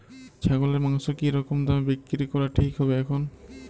ছাগলের মাংস কী রকম দামে বিক্রি করা ঠিক হবে এখন?